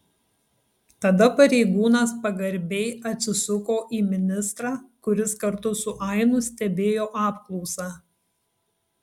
tada pareigūnas pagarbiai atsisuko į ministrą kuris kartu su ainu stebėjo apklausą